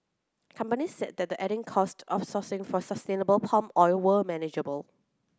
companies said the added costs of sourcing for sustainable palm oil were manageable